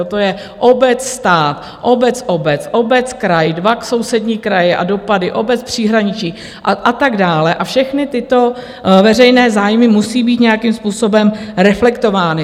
To je obecstát, obecobec, obeckraj, dva sousední kraje a dopady obecpříhraničí a tak dále a všechny tyto veřejné zájmy musí být nějakým způsobem reflektovány.